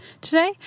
today